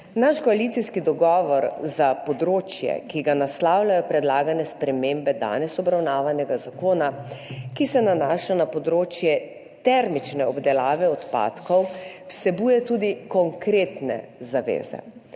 Naš koalicijski dogovor za področje, ki ga naslavljajo predlagane spremembe danes obravnavanega zakona, ki se nanaša na področje termične obdelave odpadkov, vsebuje tudi konkretne zaveze.